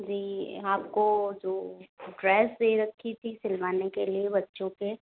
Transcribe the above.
जी हाँ आपको जो ड्रेस दे रखी थी सिलवाने के लिए बच्चों के